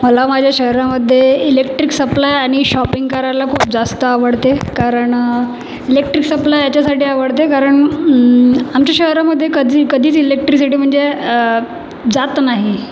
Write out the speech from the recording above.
मला माझ्या शहरामध्ये इलेक्ट्रिक सप्लाय आणि शॉपिंग करायला खूप जास्त आवडते कारण इलेक्ट्रिक सप्लाय याच्यासाठी आवडते कारण आमच्या शहरामध्ये कधी कधीच इल्लेक्ट्रिसिटी म्हणजे जात नाही